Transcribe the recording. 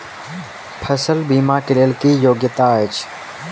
फसल बीमा केँ लेल की योग्यता अछि?